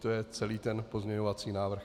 To je celý ten pozměňovací návrh.